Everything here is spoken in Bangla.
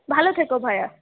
ভালো থেকো ভায়া